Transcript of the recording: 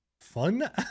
fun